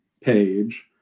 page